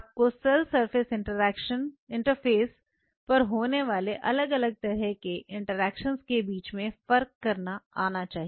आपको cell surface interface पर होने वाले अलग अलग तरह के इंटरेक्शंस के बीच में फर्क करना आना चाहिए